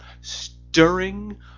stirring